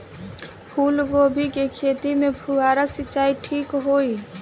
फूल गोभी के खेती में फुहारा सिंचाई ठीक होई?